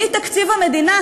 מתקציב המדינה,